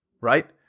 right